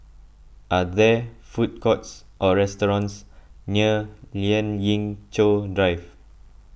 are there food courts or restaurants near Lien Ying Chow Drive